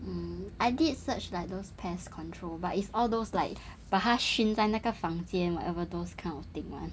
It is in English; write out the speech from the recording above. um I did search like those pest control but it's all those like 把它熏死在那个房间 whatever those kind of thing [one]